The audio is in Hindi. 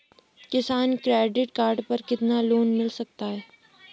किसान क्रेडिट कार्ड पर कितना लोंन मिल सकता है?